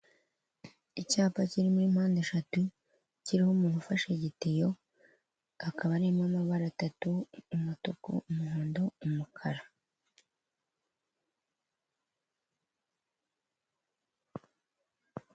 Icyapa kiri muri mpande eshatu kiriho umuntu ufashe igitiyo hakaba harimo amabara atatu umutuku, umuhondo, umukara.